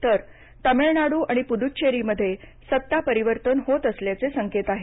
तर तामीळनाडू आणि पुद्च्चेरीमधे सत्ता परिवर्तन होत असल्याचे संकेत आहेत